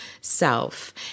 self